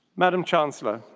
madame chancellor,